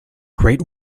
great